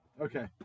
Okay